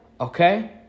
okay